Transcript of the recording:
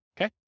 Okay